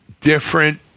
different